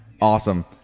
awesome